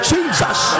Jesus